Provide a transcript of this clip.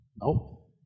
No